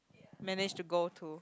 manage to go to